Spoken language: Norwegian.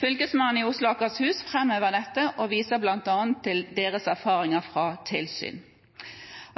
Fylkesmannen i Oslo og Akershus framhever dette og viser bl.a. til deres erfaringer fra tilsyn.